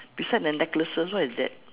beside the necklaces what is that